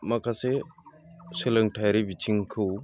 माखासे सोलोंथायारि बिथिंखौ